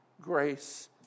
grace